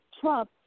Trump